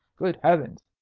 good heavens!